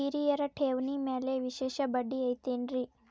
ಹಿರಿಯರ ಠೇವಣಿ ಮ್ಯಾಲೆ ವಿಶೇಷ ಬಡ್ಡಿ ಐತೇನ್ರಿ?